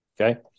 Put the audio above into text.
okay